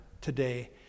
today